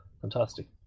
fantastic